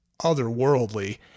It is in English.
otherworldly